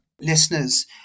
listeners